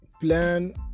plan